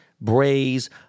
braise